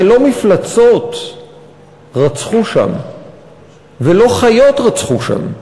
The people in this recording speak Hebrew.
הרי לא מפלצות רצחו שם ולא חיות רצחו שם.